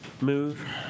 move